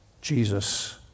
Jesus